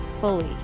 fully